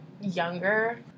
younger